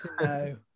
No